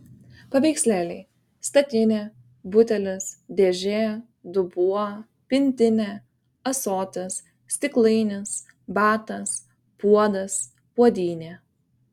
paveikslėliai statinė butelis dėžė dubuo pintinė ąsotis stiklainis batas puodas puodynė